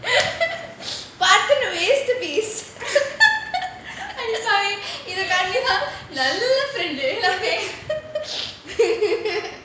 இது கண்டிப்பா நல்ல:idhu kandipa nalla friend